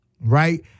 right